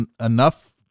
enough